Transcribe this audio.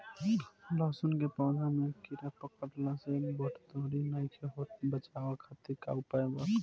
लहसुन के पौधा में कीड़ा पकड़ला से बढ़ोतरी नईखे होत बचाव खातिर का उपाय करी?